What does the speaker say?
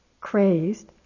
crazed